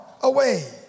away